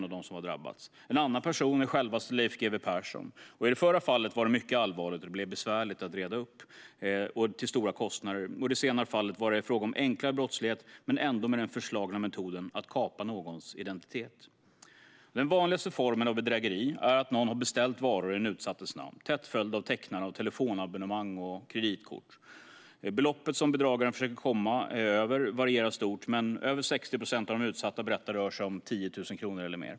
En annan person är självaste Leif GW Persson. I det förra fallet var det mycket allvarligt, och det blev besvärligt att reda upp det hela med stora kostnader som följd. I det senare fallet var det fråga om enklare brottslighet men ändå med den förslagna metoden att kapa någons identitet. Den vanligaste formen av bedrägeri är att någon har beställt varor i den utsattas namn tätt följt av tecknande av telefonabonnemang och kreditkort. Beloppet som bedragaren försöker komma över varierar stort, men över 60 procent av de utsatta berättar att det rör sig om 10 000 kronor eller mer.